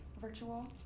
virtual